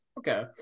Okay